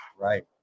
Right